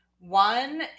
One